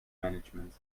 management